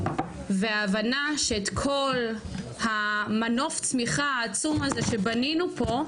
וההבנה שאת כל המנוף צמיחה העצום הזה שבנינו פה,